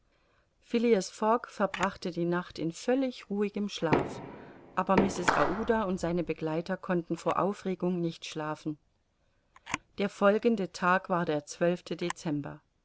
fogg verbrachte die nacht in völlig ruhigem schlaf aber mrs aouda und seine begleiter konnten vor aufregung nicht schlafen der folgende tag war der